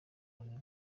rurimi